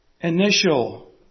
initial